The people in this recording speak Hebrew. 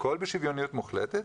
הכול בשוויוניות מוחלטת,